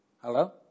Hello